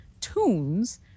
tunes